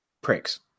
pricks